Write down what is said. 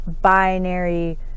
binary